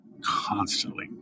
constantly